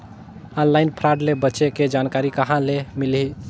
Online fraud ले बचे के जानकारी कहां ले मिलही?